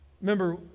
Remember